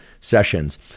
sessions